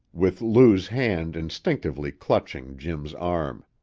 with lou's hand instinctively clutching jim's arm.